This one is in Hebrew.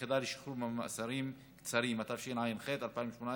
(היחידה לשחרור ממאסרים קצרים), התשע"ח 2018,